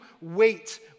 wait